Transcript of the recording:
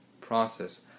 process